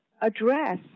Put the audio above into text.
address